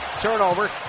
Turnover